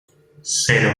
cero